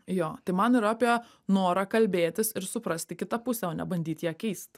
jo tai man yra apie norą kalbėtis ir suprasti kitą pusę o ne bandyt ją keist